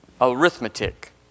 arithmetic